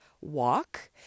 walk